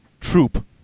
troop